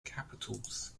capitals